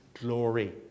glory